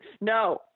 No